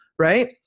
right